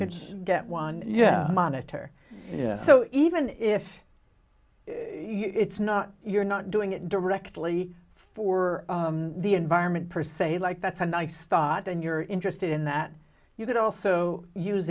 can get one yeah monitor so even if it's not you're not doing it directly for the environment per se like that's a nice thought and you're interested in that you could also use